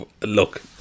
look